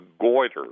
goiter